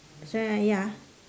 so~ ya